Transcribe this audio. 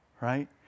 right